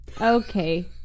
Okay